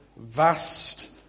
Vast